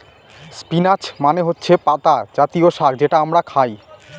spinach মানে হচ্ছে পাতা জাতীয় শাক যেটা আমরা খায়